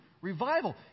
revival